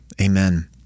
Amen